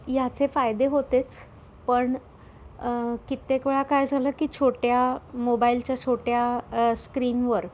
ह्याचे फायदे होतेच पण कित्येक वेळा काय झालं की छोट्या मोबाईलच्या छोट्या स्क्रीनवर